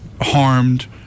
harmed